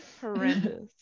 Horrendous